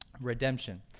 redemption